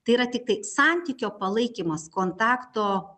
tai yra tiktai santykio palaikymas kontakto